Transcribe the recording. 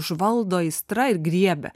užvaldo aistra ir griebia